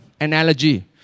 analogy